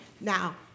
Now